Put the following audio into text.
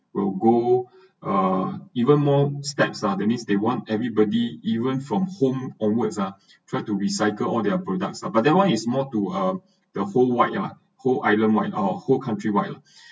will go or even more steps lah that means they want everybody even from home onwards ah try to recycle all their products lah but that one is more to up the whole wide whole island wide like our whole country wide lah